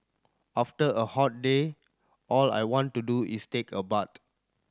after a hot day all I want to do is take a bath